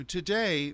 Today